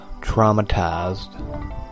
...traumatized